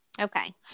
Okay